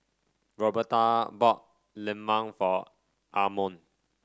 Roberta bought lemang for Armond